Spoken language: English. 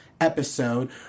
episode